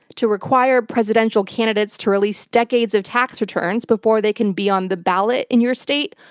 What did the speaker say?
to require presidential candidates to release decades of tax returns before they can be on the ballot in your state,